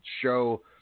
show